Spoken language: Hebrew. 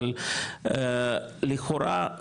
אבל לכאורה,